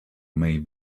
made